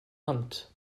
hunt